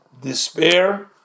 Despair